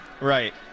Right